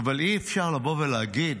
אבל אי-אפשר להגיד